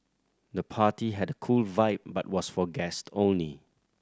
the party had cool vibe but was for guest only